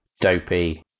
dopey